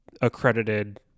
accredited